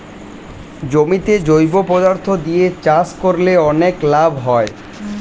জমিতে জৈব পদার্থ দিয়ে চাষ করলে অনেক লাভ হয়